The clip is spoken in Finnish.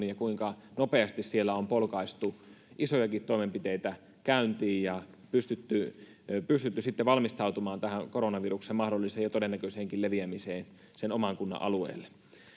ja kuinka nopeasti siellä on polkaistu isojakin toimenpiteitä käyntiin ja pystytty pystytty sitten valmistautumaan tähän koronaviruksen mahdolliseen ja todennäköiseenkin leviämiseen sen oman kunnan alueelle